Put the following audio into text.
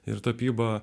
ir tapybą